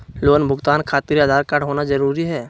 Loan भुगतान खातिर Aadhaar card होना जरूरी है?